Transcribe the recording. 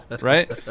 right